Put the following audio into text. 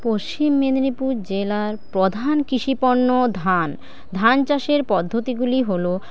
পশ্চিম মেদিনীপুর জেলার প্রধান কৃষিপণ্য ধান ধান চাষের পদ্ধতিগুলি হলো